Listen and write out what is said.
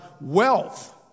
Wealth